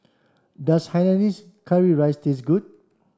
does Hainanese curry rice taste good